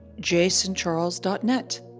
JasonCharles.net